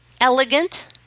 elegant